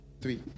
Three